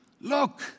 look